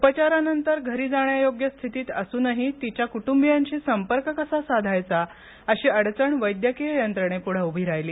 उपचारानंतर घरी जाण्यायोग्य स्थितीत असूनही तिच्या कुट्रंबियांशी संपर्क कसा साधायचा अशी अडचण वैद्यकीय यंत्रणेपुढे उभी राहिली